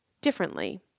differently